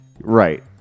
right